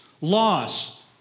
loss